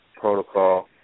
protocol